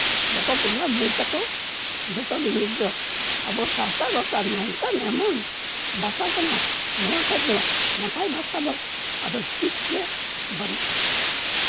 ᱵᱚᱠᱚ ᱵᱚᱭᱦᱟ ᱢᱟᱹᱭ ᱛᱟᱠᱚ ᱡᱚᱛᱚᱜᱮ ᱱᱤᱛ ᱫᱚ ᱟᱵᱚ ᱥᱟᱱᱛᱟᱲ ᱵᱷᱟᱥᱟ ᱱᱚᱝᱠᱟ ᱮᱢᱚᱱ ᱵᱷᱟᱥᱟ ᱠᱟᱱᱟ ᱱᱚᱣᱟ ᱠᱷᱚᱡ ᱫᱚ ᱱᱟᱯᱟᱭ ᱵᱷᱟᱥᱟ ᱫᱚ ᱟᱫᱚ ᱪᱮᱫᱜᱮ ᱵᱟᱹᱱᱩᱜᱼᱟ